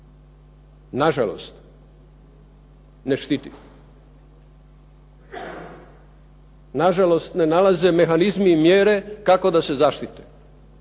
nažalost ne štiti. Nažalost ne nalaze mehanizmi mjere kako da se zaštite.